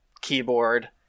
keyboard